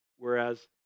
Whereas